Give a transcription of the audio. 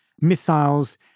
missiles